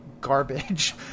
garbage